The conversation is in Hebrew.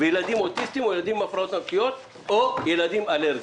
של ילדים אוטיסטים ושל ילדים אלרגניים.